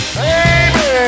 baby